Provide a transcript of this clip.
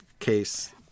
case